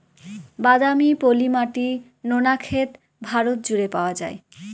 বাদামি, পলি মাটি, নোনা ক্ষেত ভারত জুড়ে পাওয়া যায়